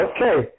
Okay